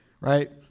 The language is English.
right